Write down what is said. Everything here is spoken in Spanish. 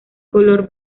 color